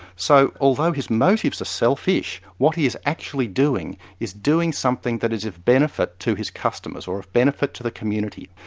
so, although his motives are selfish, what he's actually doing is doing something that is of benefit to his customers, or of benefit to the community.